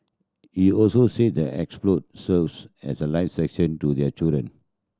he also said the serves as a life section to their children